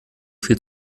viel